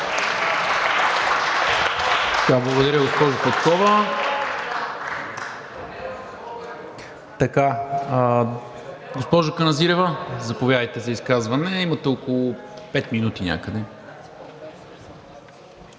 Благодаря, госпожо Каназирева.